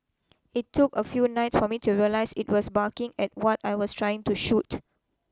it took a few nights for me to realise it was barking at what I was trying to shoot